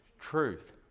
truth